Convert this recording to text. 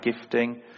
gifting